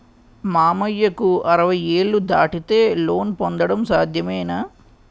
మామయ్యకు అరవై ఏళ్లు దాటితే లోన్ పొందడం సాధ్యమేనా?